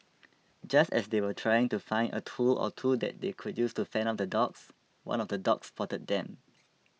just as they were trying to find a tool or two that they could use to fend off the dogs one of the dogs spotted them